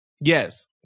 Yes